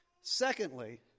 Secondly